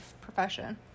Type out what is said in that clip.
profession